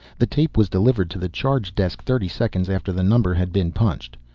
the tape was delivered to the charge desk thirty seconds after the number had been punched.